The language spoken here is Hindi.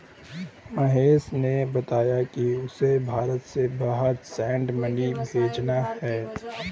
मोहिश ने बताया कि उसे भारत से बाहर सीड मनी भेजने हैं